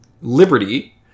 liberty